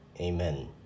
Amen